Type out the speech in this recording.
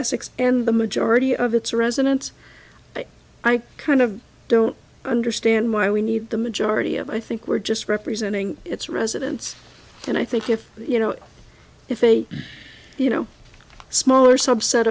essex and the majority of its residents but i kind of don't understand why we need the majority of i think we're just representing its residents and i think if you know if a you know smaller subset